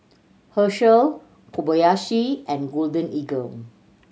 Herschel Kobayashi and Golden Eagle